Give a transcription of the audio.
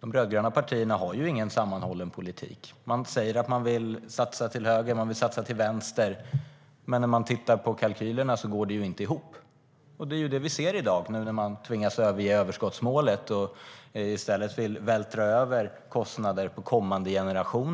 De rödgröna partierna har ingen sammanhållen politik. Man säger att man vill satsa till höger och vänster, men kalkylerna går inte ihop. Det är vad vi ser i dag när man tvingas överge överskottsmålet och i stället vill vältra över kostnader på kommande generationer.